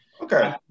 okay